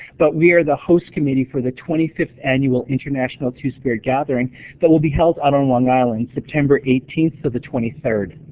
but we are the host committee for the twenty fifth annual international two-spirit gathering that will be held out on long island, september eighteen to the twenty three.